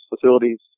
facilities